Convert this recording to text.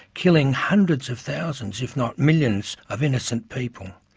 killing hundreds of thousands if not millions of innocent people.